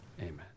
Amen